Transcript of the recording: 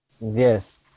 Yes